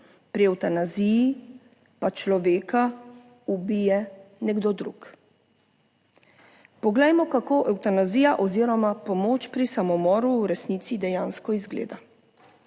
pri evtanaziji pa človeka ubije nekdo drug. Poglejmo, kako evtanazija oziroma pomoč pri samomoru v resnici dejansko izgleda.